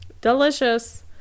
Delicious